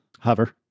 Hover